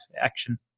action